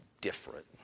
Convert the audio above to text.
different